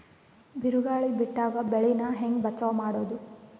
ಬಿರುಗಾಳಿ ಬಿಟ್ಟಾಗ ಬೆಳಿ ನಾ ಹೆಂಗ ಬಚಾವ್ ಮಾಡೊದು?